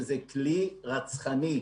שזה כלי רצחני,